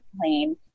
plane